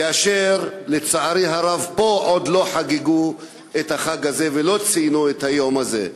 כאשר פה עוד לא חגגו לצערי הרב את החג הזה ולא ציינו את היום הזה.